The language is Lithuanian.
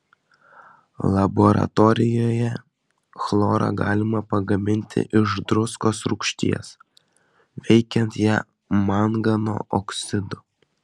laboratorijoje chlorą galima pagaminti iš druskos rūgšties veikiant ją mangano oksidu